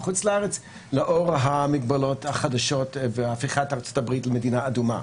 לאור המגבלות החדשות והפיכת ארצות הברית למדינה אדומה.